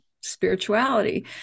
spirituality